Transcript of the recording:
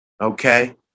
okay